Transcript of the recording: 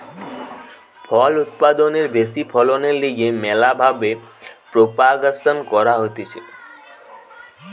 ফল উৎপাদনের ব্যাশি ফলনের লিগে ম্যালা ভাবে প্রোপাগাসন ক্যরা হতিছে